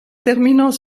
terminant